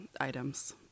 items